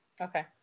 Okay